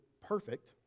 perfect